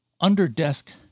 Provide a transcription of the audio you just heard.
under-desk